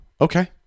Okay